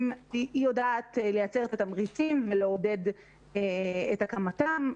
היא יודעת לייצר את התמריצים ולעודד את הקמתם.